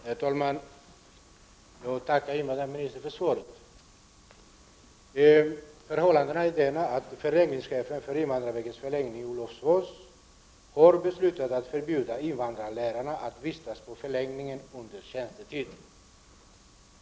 Herr talman! Jag tackar invandrarministern för svaret. Förhållandet är det att förläggningschefen vid invandrarverkets förläggning i Olofsfors har beslutat att förbjuda invandrarlärarna att vistas i förläggningen utanför tjänstetid.